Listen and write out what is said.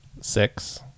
Six